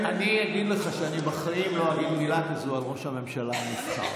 אני אגיד לך שאני בחיים לא אגיד מילה כזאת על ראש הממשלה הנבחר.